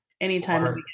anytime